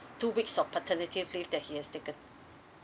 two weeks of paternity leave that he has taken